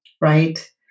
right